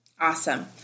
Awesome